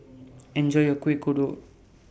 Enjoy your Kuih Kodok